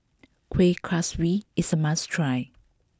Kuih Kaswi is a must try